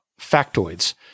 factoids